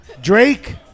Drake